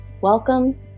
Welcome